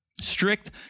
strict